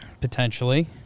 Potentially